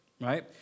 right